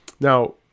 now